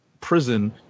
prison